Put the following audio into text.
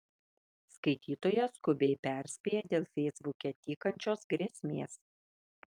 skaitytoja skubiai perspėja dėl feisbuke tykančios grėsmės